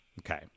okay